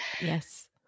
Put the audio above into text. Yes